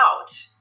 out